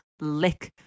lick